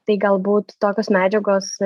tai galbūt tokios medžiagos